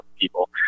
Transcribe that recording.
people